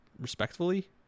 Respectfully